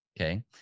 okay